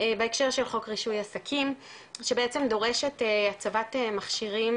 בהקשר של חוק רישוי עסקים שבעצם דורש את הצבת מכשירים